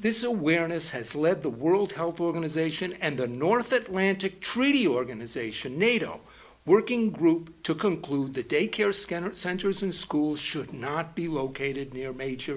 this awareness has led the world health organization and the north atlantic treaty organization nato working group to conclude the daycare scanner centers and schools should not be located near major